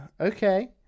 Okay